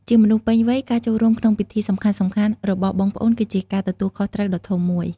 ជាមនុស្សពេញវ័យ ការចូលរួមក្នុងពិធីសំខាន់ៗរបស់បងប្អូន គឺជាការទទួលខុសត្រូវដ៏ធំមួយ។